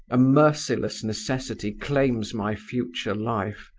a merciless necessity claims my future life.